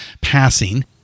passing